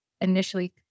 initially